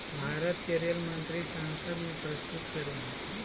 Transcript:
भारत के रेल मंत्री संसद में प्रस्तुत करो हइ